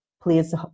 please